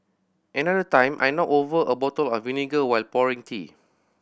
another time I knocked over a bottle of vinegar while pouring tea